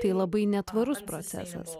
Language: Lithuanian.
tai labai netvarus procesas